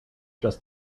just